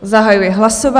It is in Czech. Zahajuji hlasování.